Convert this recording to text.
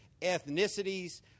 ethnicities